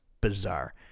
bizarre